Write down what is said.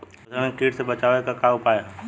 फसलन के कीट से बचावे क का उपाय है?